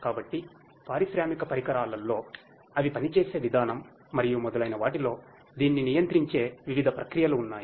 కాబట్టి పారిశ్రామిక పరికరాలలో అవి పనిచేసే విధానం మరియు మొదలైన వాటిలో దీన్ని నియంత్రించే వివిధ ప్రక్రియలు ఉన్నాయి